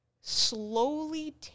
slowly